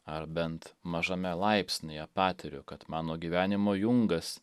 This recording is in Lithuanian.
ar bent mažame laipsnyje patiriu kad mano gyvenimo jungas